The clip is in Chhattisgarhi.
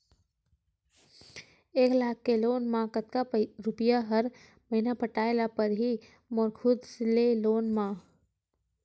एक लाख के लोन मा कतका रुपिया हर महीना पटाय ला पढ़ही मोर खुद ले लोन मा?